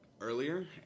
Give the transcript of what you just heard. earlier